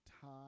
time